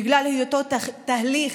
בגלל היותו תהליך,